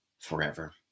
forever